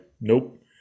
nope